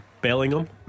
Bellingham